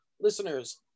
listeners